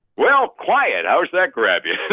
well, quiet. how does that grab you?